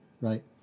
Right